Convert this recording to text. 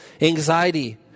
anxiety